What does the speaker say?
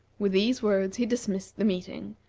with these words he dismissed the meeting,